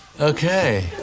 Okay